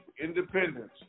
independence